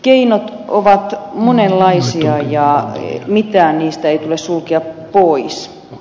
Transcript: keinot koovee monellaesiajoa ei mikään niistä ei tule sulkea mui ns